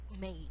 made